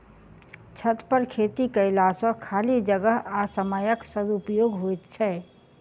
छतपर खेती कयला सॅ खाली जगह आ समयक सदुपयोग होइत छै